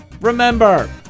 Remember